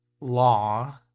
law